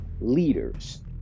leaders